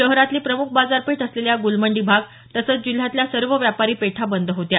शहरातली प्रम्ख बाजारपेठ असलेला गुलमंडी भाग तसंच जिल्ह्यातल्या सर्व व्यापारी पेठा बंद होत्या